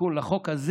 תיקון לחוק הזה